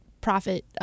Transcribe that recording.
profit